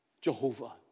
Jehovah